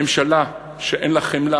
ממשלה שאין לה חמלה